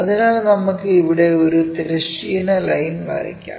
അതിനാൽ നമുക്ക് ഇവിടെ ഒരു തിരശ്ചീന ലൈൻ വരയ്ക്കാം